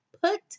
put